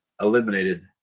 eliminated